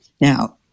Now